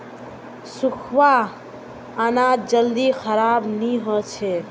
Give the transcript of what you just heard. सुख्खा अनाज जल्दी खराब नी हछेक